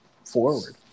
Forward